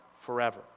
forever